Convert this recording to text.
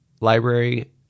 Library